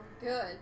Good